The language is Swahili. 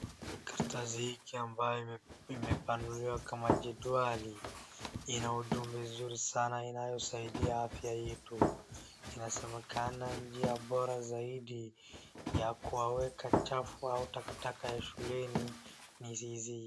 Karatasi hii ambayo imepanuliwa kama jedwali ina ujumbe mzuri sana unaosaidia afya yetu. Inasemekana njia bora zaidi ya kuweka uchafu au takataka ni sisi.